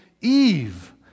Eve